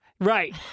right